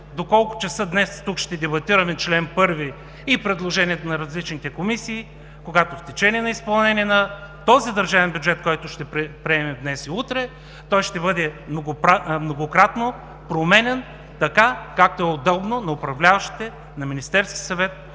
до колко часа днес тук ще дебатираме чл. 1 и предложенията на различните комисии, когато в течение на изпълнение на този държавен бюджет, който ще приемем днес и утре, той ще бъде многократно променян така, както е удобно на управляващите, на Министерския съвет